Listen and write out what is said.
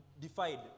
defied